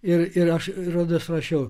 ir ir aš rodos rašiau